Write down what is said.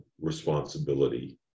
responsibility